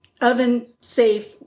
oven-safe